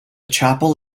chapel